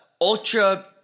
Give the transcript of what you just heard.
ultra